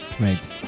Right